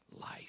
life